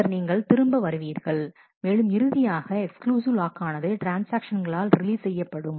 பின்னர் நீங்கள் திரும்ப வருவீர்கள் மேலும் இறுதியாக எக்ஸ்க்ளூசிவ் லாக் ஆனது ட்ரான்ஸ்ஆக்ஷகளால் ரிலீஸ் செய்யப்படும்